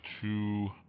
two